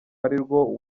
arirwo